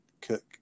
cook